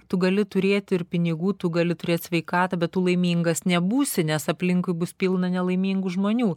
tu gali turėt ir pinigų tu gali turėt sveikata bet laimingas nebūsi nes aplinkui bus pilna nelaimingų žmonių